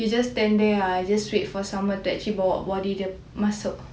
he just stand there ah just wait for someone to actually bawak body dia masuk